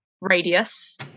radius